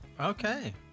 Okay